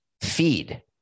feed